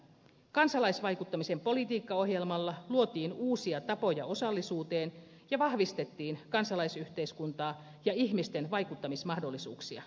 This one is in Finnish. kansalaisvaikuttamisen politiikkaohjelmalla luotiin uusia tapoja osallisuuteen ja vahvistettiin kansalaisyhteiskuntaa ja ihmisten vaikuttamismahdollisuuksia